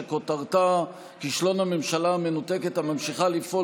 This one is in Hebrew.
שכותרתה: כישלון הממשלה המנותקת הממשיכה לפעול